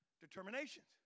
determinations